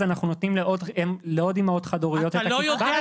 אז אנחנו נותנים לעוד אימהות חד-הוריות את הקצבה הזאת.